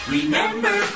Remember